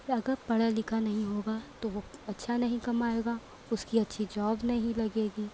اگر پڑھا لکھا نہیں ہوگا تو وہ اچھا نہیں کمائے گا اس کی اچھی جاب نہیں لگے گی